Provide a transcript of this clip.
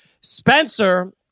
Spencer